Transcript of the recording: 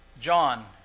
John